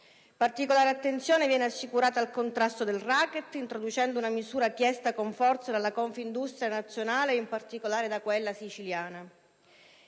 Particolare attenzione viene assicurata al contrasto del racket introducendo una misura chiesta con forza dalla Confindustria nazionale e, in particolare, da quella siciliana.